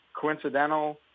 coincidental